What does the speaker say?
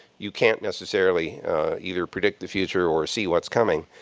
you can't necessarily either predict the future or see what's coming.